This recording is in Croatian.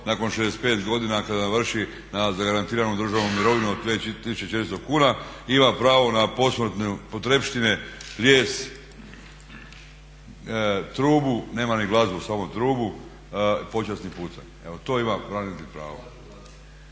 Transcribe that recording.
nakon 65 godina kada navrši zagarantiranu državnu mirovinu od 2.400 kuna, ima pravo na posmrtne potrepštine, lijes, trubu, nema ni glazbu samo trubu, počasni pucanj. Evo to ima branitelj pravo.